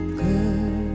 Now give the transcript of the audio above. good